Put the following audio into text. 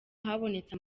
habonetse